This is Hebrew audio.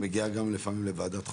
ומגיעה גם לפעמים לוועדת חוקה.